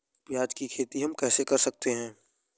प्याज की खेती हम कैसे कर सकते हैं?